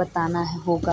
बताना होगा